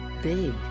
Big